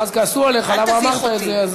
ואז כעסו עליך למה אמרת את זה.